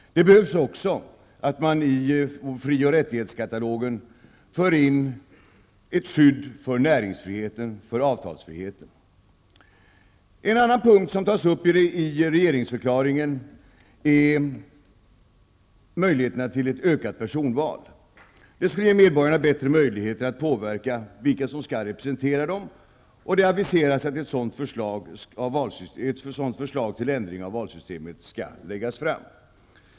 Det behövs också att man i fri och rättighetskatalogen för in ett skydd för näringsfriheten och för avtalsfriheten. En annan punkt som tas upp i regeringsförklaringen är möjligheten till ökat personval. Det skulle ge medborgarna bättre möjligheter att påverka vilka som skall representera dem. Det har aviserats att ett sådant förslag till ändring av valsystemet skall läggas fram.